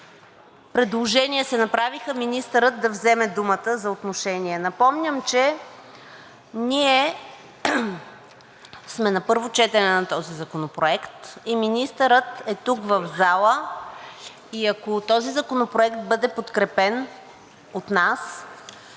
предложения се направиха министърът да вземе думата за отношение. Напомням, че ние сме на първо четене на този законопроект и министърът е тук в залата и ако този законопроект бъде подкрепен от нас,